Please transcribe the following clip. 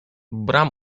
bram